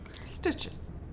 Stitches